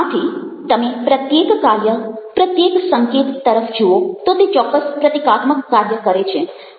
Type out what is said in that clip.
આથી તમે પ્રત્યેક કાર્ય પ્રત્યેક સંકેત તરફ જુઓ તો તે ચોક્કસ પ્રતીકાત્મક કાર્ય કરે છે